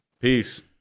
Peace